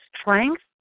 strength